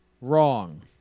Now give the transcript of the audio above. wrong